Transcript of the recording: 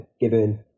given